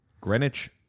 Greenwich